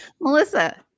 Melissa